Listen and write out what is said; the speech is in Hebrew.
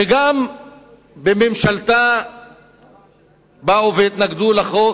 שגם בממשלתה התנגדו לחוק,